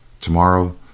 Tomorrow